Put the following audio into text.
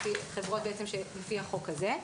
חברות לפי החוק הזה.